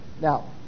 Now